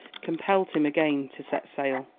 compelled him again to set sail.